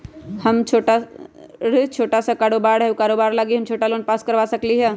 हमर छोटा सा कारोबार है उ कारोबार लागी हम छोटा लोन पास करवा सकली ह?